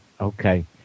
okay